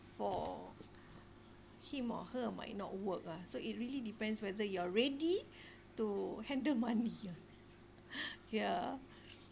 for him or her might not work lah so it really depends whether you're ready to handle money lah ya